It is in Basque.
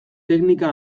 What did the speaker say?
teknika